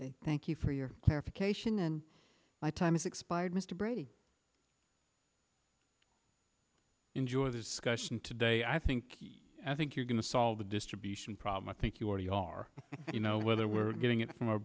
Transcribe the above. program thank you for your clarification and my time is expired mr brady enjoyed this question today i think i think you're going to solve the distribution problem i think you already are you know whether we're getting it from